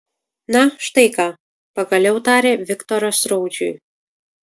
na štai ką pagaliau tarė viktoras raudžiui